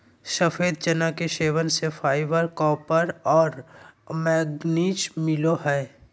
सफ़ेद चना के सेवन से फाइबर, कॉपर और मैंगनीज मिलो हइ